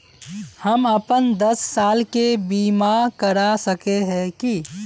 हम अपन दस साल के बीमा करा सके है की?